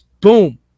boom